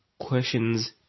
Questions